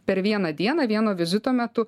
per vieną dieną vieno vizito metu